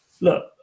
look